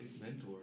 mentor